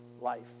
life